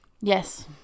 Yes